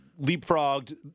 leapfrogged